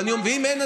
ואם אין,